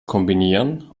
kombinieren